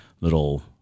little